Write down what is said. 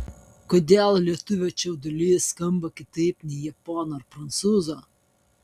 kodėl lietuvio čiaudulys skamba kitaip nei japono ar prancūzo